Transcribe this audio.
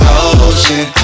ocean